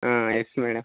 yes madam